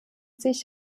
sich